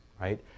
right